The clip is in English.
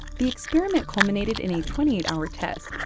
the experiment culminated in a twenty eight hour test,